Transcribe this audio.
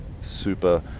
super